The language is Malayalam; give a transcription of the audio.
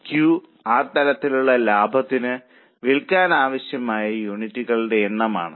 ക്യു ആ തലത്തിലുള്ള ലാഭത്തിന് വിൽക്കാൻ ആവശ്യമായ യൂണിറ്റുകളുടെ എണ്ണം ആണ്